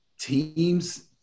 Teams